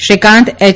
Srikanth H